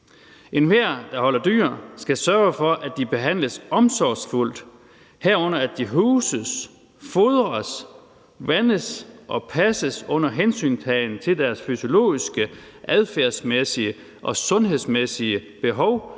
»Enhver, der holder dyr, skal sørge for, at de behandles omsorgsfuldt, herunder at de huses, fodres, vandes og passes under hensyntagen til deres fysiologiske, adfærdsmæssige og sundhedsmæssige behov